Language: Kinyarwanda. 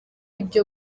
ibyo